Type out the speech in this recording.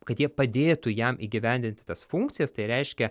kad jie padėtų jam įgyvendinti tas funkcijas tai reiškia